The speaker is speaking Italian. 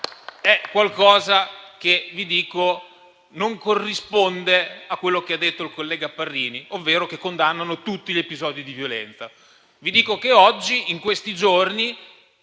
non corrisponde a quello che ha detto il collega Parrini, ovvero che condannano tutti gli episodi di violenza. Vi dico che oggi, in questi giorni,